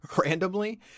randomly